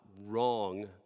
wrong